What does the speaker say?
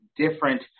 different